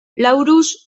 laurus